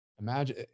Imagine